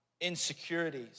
insecurities